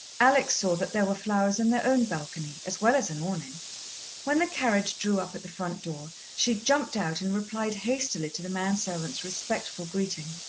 alex saw that there were flowers in their own balcony as well as an awning. when the carriage drew up at the front door, she jumped out and replied hastily to the man-servant's respectful greeting,